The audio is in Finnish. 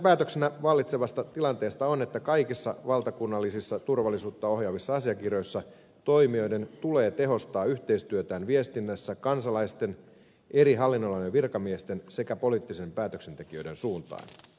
johtopäätöksenä vallitsevasta tilanteesta on että kaikissa valtakunnallisissa turvallisuutta ohjaavissa asiakirjoissa toimijoiden tulee tehostaa yhteistyötään viestinnässä kansalaisten eri hallinnonalojen virkamiesten sekä poliittisten päätöksentekijöiden suuntaan